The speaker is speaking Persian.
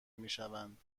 میشوند